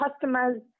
customers